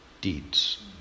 deeds